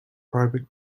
private